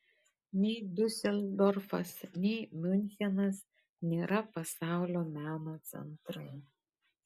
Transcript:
nei diuseldorfas nei miunchenas nėra pasaulio meno centrai